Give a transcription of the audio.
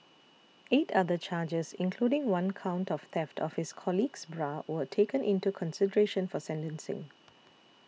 eight other charges including one count of theft of his colleague's bra were taken into consideration for sentencing